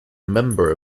member